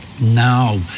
now